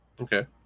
Okay